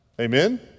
amen